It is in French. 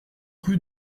rue